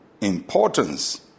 importance